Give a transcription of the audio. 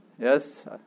Yes